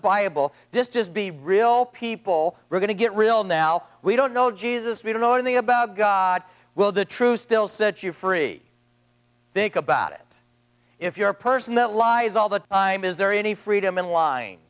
bible this just be real people we're going to get real now we don't know jesus we don't know anything about god well the truth still set you free think about it if you're a person that lies all the time is there any freedom in line